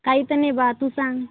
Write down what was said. काही तर नाही बा तू सांग